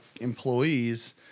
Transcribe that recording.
employees